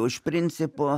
o iš principo